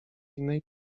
innej